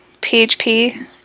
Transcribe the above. PHP